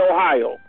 Ohio